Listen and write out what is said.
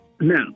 Now